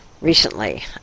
recently